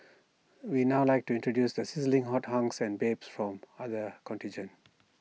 we'd now like to introduce the sizzling hot hunks and babes from other contingents